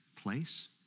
place